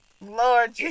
lord